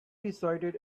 recited